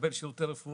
יקבל שירותי רפואה